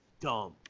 dumb